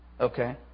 okay